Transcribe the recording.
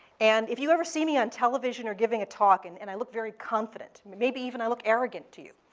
and if you ever see me on television or giving a talk, and and i look very confident, maybe even i look arrogant to you.